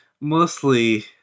mostly